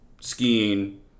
skiing